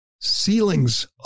ceilings